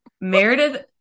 Meredith